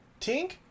Tink